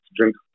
drink